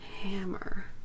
Hammer